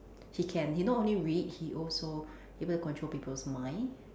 he can he not only read he also able to control people's mind